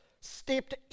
stepped